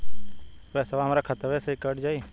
पेसावा हमरा खतवे से ही कट जाई?